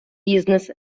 бізнес